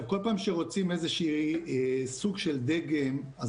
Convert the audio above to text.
כל פעם שרוצים סוג של דגם,